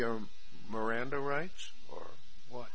your miranda rights or what